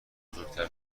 بزرگتر